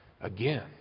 again